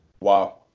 Wow